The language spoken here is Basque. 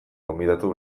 gonbidatu